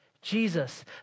Jesus